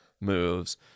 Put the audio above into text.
moves